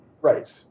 Right